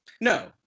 No